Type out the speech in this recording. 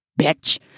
bitch